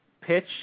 pitch